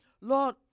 Lord